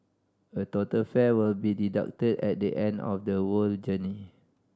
a total fare will be deducted at the end of the whole journey